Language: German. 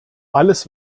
alles